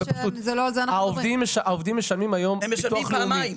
העובדים משלמים היום ביטוח לאומי.